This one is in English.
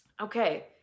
Okay